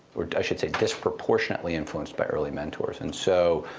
i should say disproportionately influenced by early mentors. and so